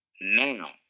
now